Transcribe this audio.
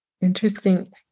Interesting